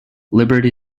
liberty